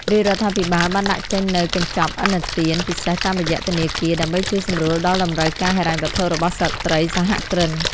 រាជរដ្ឋាភិបាលបានដាក់ចេញនូវកញ្ចប់ឥណទានពិសេសតាមរយៈធនាគារ ដើម្បីជួយសម្រួលដល់តម្រូវការហិរញ្ញវត្ថុរបស់ស្ត្រីសហគ្រិន។